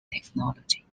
technology